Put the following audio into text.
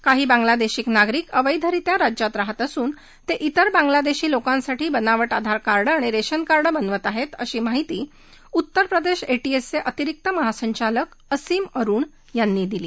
काही बांगलादेशी नागरिक अवैधरित्या राज्यात राहत असून ते इतर बांगलादेशी लोकांसाठी बनाव आधार कार्ड आणि रेशन कार्ड्स बनवत आहेत अशी माहिती उत्तर प्रदेश एक्रिएसचे अतिरिक्त महासंचालक असिम अरुण यांनी दिली